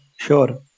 sure